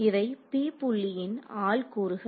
இவைP புள்ளியின் ஆள்கூறுகள்